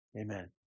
Amen